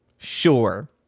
sure